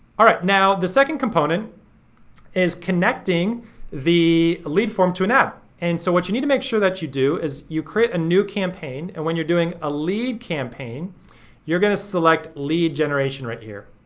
all right, now, the second component is connecting the lead form to an app. and so what you need to make sure that you do is you create a new campaign. and when you're doing ah lead campaign you're gonna select lead generation right here.